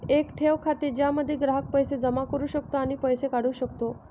एक ठेव खाते ज्यामध्ये ग्राहक पैसे जमा करू शकतो आणि पैसे काढू शकतो